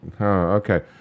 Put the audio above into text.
okay